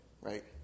right